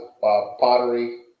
pottery